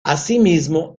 asimismo